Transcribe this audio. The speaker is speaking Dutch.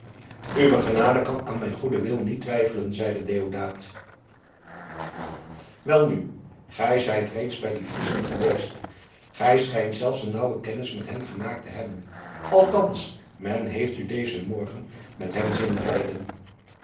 uw genade kan aan mijn goeden wil niet twijfelen zeide deodaat welnu gij zijt reeds bij die friezen geweest gij schijnt zelfs een nauwe kennis met hen gemaakt te hebben althans men heeft u dezen morgen met hen zien rijden